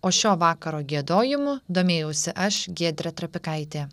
o šio vakaro giedojimu domėjausi aš giedrė trapikaitė